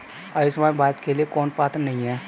आयुष्मान भारत के लिए कौन पात्र नहीं है?